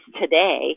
today